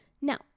Now